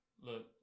Look